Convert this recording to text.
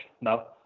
No